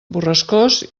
borrascós